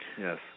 Yes